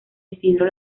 isidro